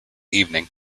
evening